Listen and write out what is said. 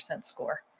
score